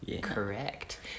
Correct